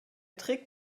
trick